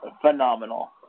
Phenomenal